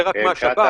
זה רק מהשב"כ או